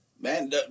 man